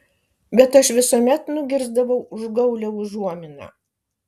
bet aš visuomet nugirsdavau užgaulią užuominą